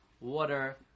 water